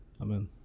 Amen